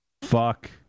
Fuck